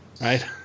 right